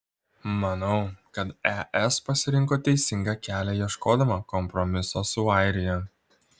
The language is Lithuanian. manau kad es pasirinko teisingą kelią ieškodama kompromiso su airija